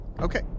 Okay